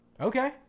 Okay